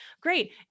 Great